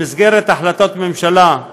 במסגרת החלטות הממשלה: